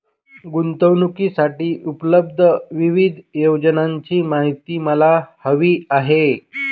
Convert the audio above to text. गुंतवणूकीसाठी उपलब्ध विविध योजनांची माहिती मला हवी आहे